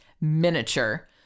miniature